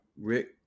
rick